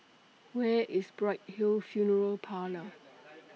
Where IS Bright Hill Funeral Parlour